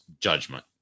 judgment